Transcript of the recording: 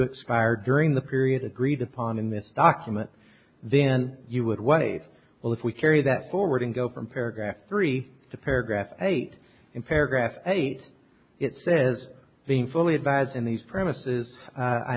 expire during the period agreed upon in this document then you would waive well if we carry that forward and go from paragraph three to paragraph eight in paragraph eight it says being fully advise in these premises